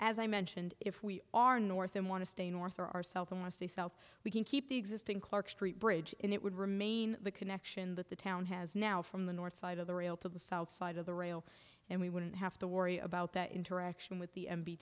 as i mentioned if we are north and want to stay north or are south and i stay south we can keep the existing clark street bridge and it would remain the connection that the town has now from the north side of the rail to the south side of the rail and we wouldn't have to worry about that interaction with the m